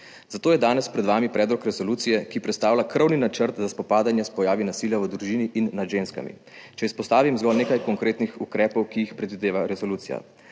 Zato je danes pred vami predlog resolucije, ki predstavlja krovni načrt za spopadanje s pojavi nasilja v družini in nad ženskami. Če izpostavim zgolj nekaj konkretnih ukrepov, ki jih predvideva resolucija.